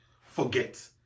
forget